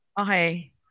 Okay